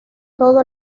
todo